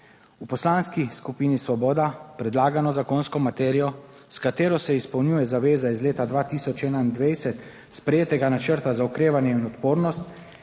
V Poslanski skupini Svoboda predlagano zakonsko materijo s katero se izpolnjuje zaveze iz leta 2021 sprejetega načrta za okrevanje in odpornost